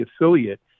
affiliate